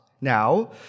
Now